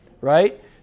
Right